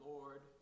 Lord